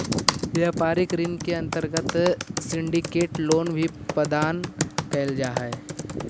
व्यापारिक ऋण के अंतर्गत सिंडिकेट लोन भी प्रदान कैल जा हई